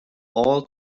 all